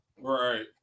Right